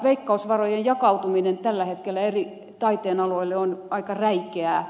veikkausvarojen jakautuminen tällä hetkellä eri taiteenaloille on aika räikeää